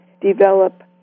develop